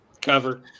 cover